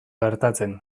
gertatzen